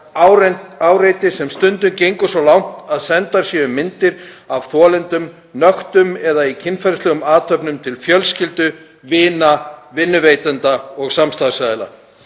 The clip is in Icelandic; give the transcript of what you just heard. áreiti sem stundum gengur svo langt að sendar séu myndir af þolendum nöktum eða í kynferðislegum athöfnum til fjölskyldu, vina, vinnuveitenda og samstarfsaðila,